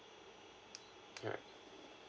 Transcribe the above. yeah